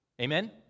Amen